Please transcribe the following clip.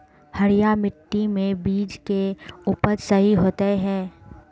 हरिया मिट्टी में बीज के उपज सही होते है?